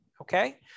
okay